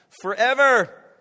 forever